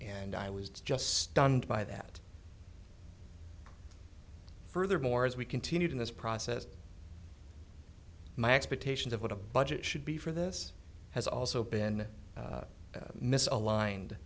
and i was just stunned by that furthermore as we continued in this process my expectations of what a budget should be for this has also been misaligned